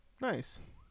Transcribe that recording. Nice